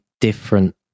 different